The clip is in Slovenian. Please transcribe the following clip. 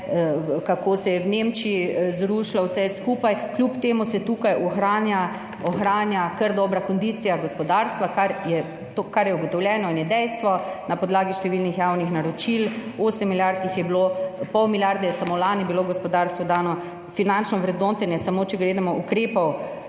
kako se je v Nemčiji zrušilo vse skupaj. Kljub temu se tukaj ohranja kar dobra kondicija gospodarstva, kar je ugotovljeno in je dejstvo na podlagi številnih javnih naročil, 8 milijard jih je bilo, pol milijarde je samo lani bilo gospodarstvu dano, če samo finančno vrednotenje gledamo. Da ukrepov